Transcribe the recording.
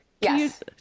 Yes